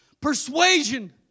Persuasion